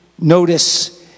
notice